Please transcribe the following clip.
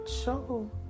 show